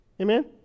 Amen